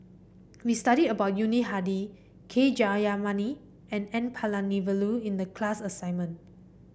we studied about Yuni Hadi K Jayamani and N Palanivelu in the class assignment